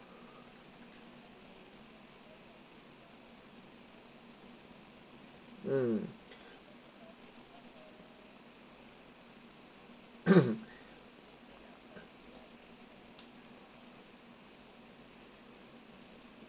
mm